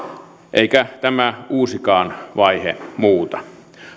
eikä tämä uusikaan vaihe muuta